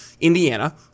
Indiana